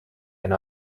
and